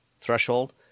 threshold